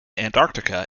antarctica